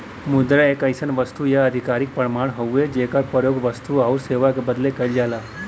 मुद्रा एक अइसन वस्तु या आधिकारिक प्रमाण हउवे जेकर प्रयोग वस्तु आउर सेवा क बदले कइल जाला